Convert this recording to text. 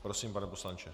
Prosím, pane poslanče.